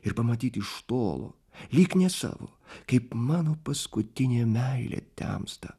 ir pamatyti iš tolo lyg ne savo kaip mano paskutinė meilė temsta